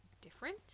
different